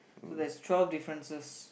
so there's twelve differences